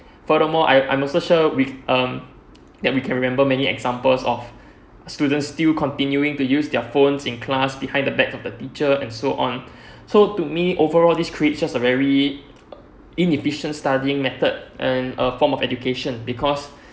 furthermore I I'm also sure with um that we can remember many examples of students still continuing to used their phones in class behind the back of the teacher and so on so to me overall this create just a very inefficient studying method and a form of education because